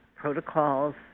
protocols